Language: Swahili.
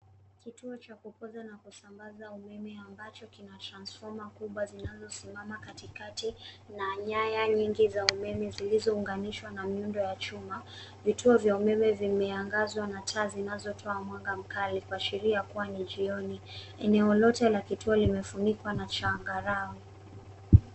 Kituo cha kukuza na kusambaza umeme ambacho kina (cs) transformer (cs) kubwa zinazosimama katikati na nyaya nyingi za umeme zilizounganishwa na miundo ya chuma. Vituo vya umeme vimeangazwa na taa zinazotoa mwanga mkali kuashiria kuwa ni jioni. Eneo lote la kituo limefunikwa na changarawe.